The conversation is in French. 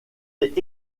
est